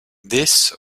this